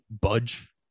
budge